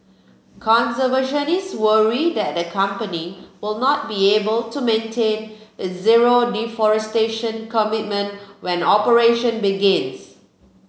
conservationists worry that the company will not be able to maintain its zero deforestation commitment when operation begins